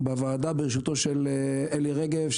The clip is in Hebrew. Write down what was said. בוועדה בראשות אלי רגב,